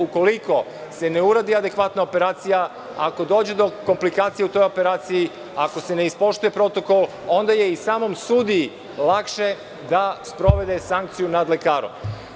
Ukoliko se ne uradi adekvatna operacija, ako dođe do komplikacija u toj operaciji, ako se ne ispoštuje protokol, onda je i samom sudiji lakše da sprovede sankciju nad lekarom.